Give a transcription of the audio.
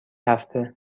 هفته